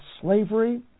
slavery